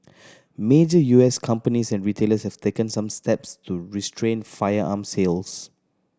major U S companies and retailers have taken some steps to restrict firearm sales